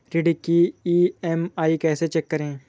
ऋण की ई.एम.आई कैसे चेक करें?